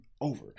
over